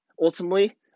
ultimately